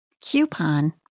Coupon